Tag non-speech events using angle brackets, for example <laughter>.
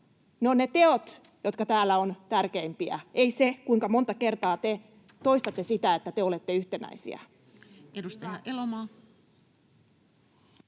Ne ovat ne teot, jotka täällä ovat tärkeimpiä, ei se, kuinka monta kertaa <noise> te toistatte sitä, että te olette yhtenäisiä.